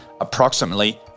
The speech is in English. approximately